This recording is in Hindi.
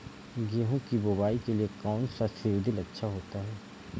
गेहूँ की बुवाई के लिए कौन सा सीद्रिल अच्छा होता है?